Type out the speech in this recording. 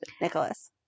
Nicholas